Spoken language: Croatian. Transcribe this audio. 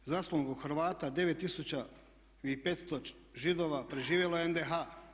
Zaslugom Hrvata 9500 Židova preživjelo je NDH.